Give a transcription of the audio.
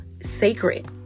sacred